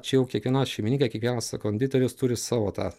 čia jau kiekviena šeimininkė kiekvienas konditeris turi savo tą